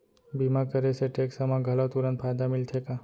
बीमा करे से टेक्स मा घलव तुरंत फायदा मिलथे का?